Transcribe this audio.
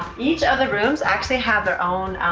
each of the rooms actually have their own